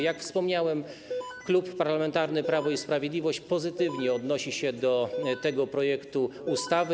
Jak wspomniałem, Klub Parlamentarny Prawo i Sprawiedliwość pozytywnie odnosi się do tego projektu ustawy.